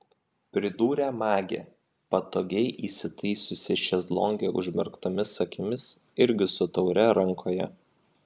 pridūrė magė patogiai įsitaisiusi šezlonge užmerktomis akimis irgi su taure rankoje